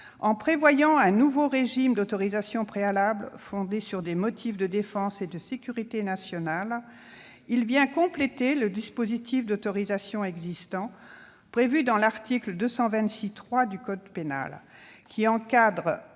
En prévoyant un nouveau régime d'autorisation préalable fondé sur des motifs de défense et de sécurité nationale, il vient compléter le dispositif d'autorisation existant, prévu à l'article 226-3 du code pénal, qui encadre